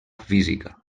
física